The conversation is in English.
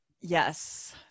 Yes